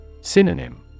Synonym